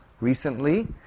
recently